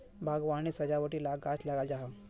बाग्वानित सजावटी ला गाछ लगाल जाहा